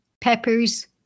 peppers